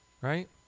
Right